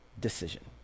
decision